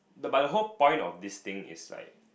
the but the whole point of this thing is like